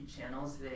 channels